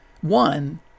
One